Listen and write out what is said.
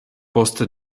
post